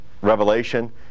revelation